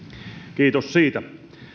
kiitos siitä